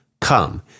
Come